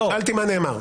שאלתי מה נאמר.